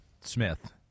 Smith